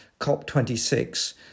COP26